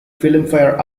filmfare